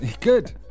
Good